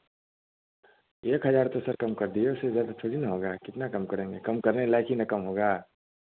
एक हज़ार तो सर कम कर दिए उससे ज़्यादा थोड़ी ना होगा कितना कम करेंगे कम करने लायक ही कम होगा